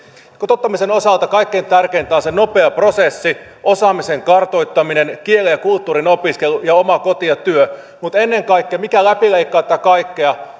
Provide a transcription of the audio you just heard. kotouttamisen osalta kaikkein tärkeintä on se nopea prosessi osaamisen kartoittaminen kielen ja kulttuurin opiskelu ja oma koti ja työ mutta ennen kaikkea mikä läpileikkaa tätä kaikkea